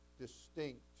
distinct